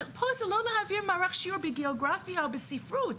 פה זה לא להעביר מערך שיעור בגיאוגרפיה או בספרות.